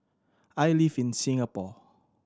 I live in Singapore